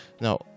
no